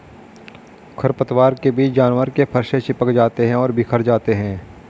खरपतवार के बीज जानवर के फर से चिपक जाते हैं और बिखर जाते हैं